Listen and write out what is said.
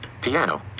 Piano